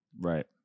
Right